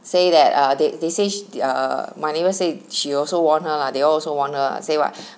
say that ah they they say err my neighbors say she also warn her lah they all also warn her lah say what